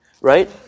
right